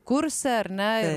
kurse ar ne